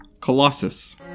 Colossus